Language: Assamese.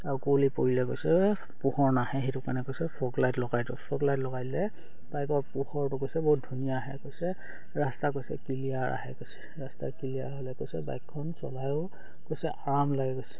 আৰু কুঁৱলি পৰিলে কৈছে পোহৰ নাহে সেইটো কাৰণে কৈছে ফগ লাইট লগাই দিওঁ ফগ লাইট লগালে বাইকৰ পোহৰটো কৈছে বহুত ধুনীয়া আহে কৈছে ৰাস্তা কৈছে ক্লিয়াৰ আহে কৈছে ৰাস্তা ক্লিয়াৰ হ'লে কৈছে বাইকখন চলাই কৈছে আৰাম লাগে কৈছে